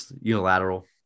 unilateral